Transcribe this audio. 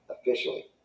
Officially